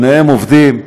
שניהם עובדים,